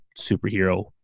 superhero